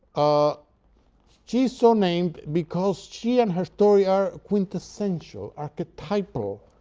ah she's so named because she and her story are quintessential, archetypal,